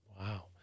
Wow